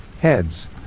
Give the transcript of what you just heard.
Heads